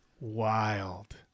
wild